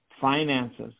finances